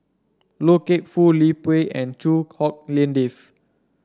Loy Keng Foo Liu Peihe and Chua Hak Lien Dave